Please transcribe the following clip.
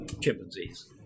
chimpanzees